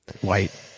white